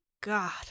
God